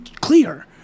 clear